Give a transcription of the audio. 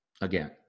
again